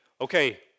okay